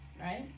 right